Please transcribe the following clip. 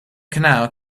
canal